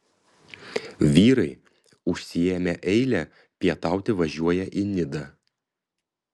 vyrai užsiėmę eilę pietauti važiuoja į nidą